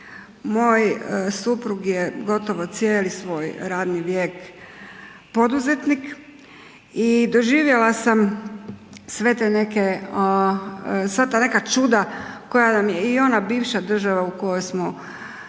moj suprug je gotovo cijeli svoj radni vijek poduzetnik i doživjela sam sva ta neka čuda koja nam je i ona bivša država u kojoj smo živjeli